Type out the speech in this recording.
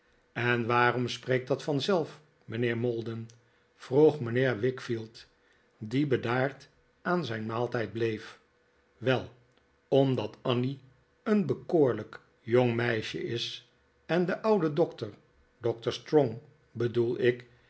en waarom spreekt dat varizelf mijnheer maldon vroeg mijnheer wickfield die bedaard aan zijn maaltijd bleef wel omdat annie een bekoorlijk jong meisje is en de oude doctor doctor strong be'doel ik